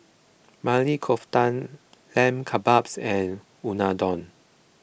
Maili Kofta Lamb Kebabs and Unadon